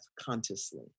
consciously